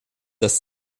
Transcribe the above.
das